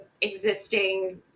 existing